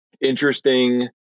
interesting